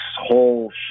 whole